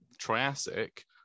Triassic